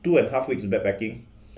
two and a half weeks backpacking